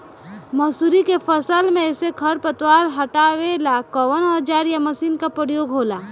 मसुरी के फसल मे से खरपतवार हटावेला कवन औजार या मशीन का प्रयोंग होला?